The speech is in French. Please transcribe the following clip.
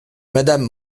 madame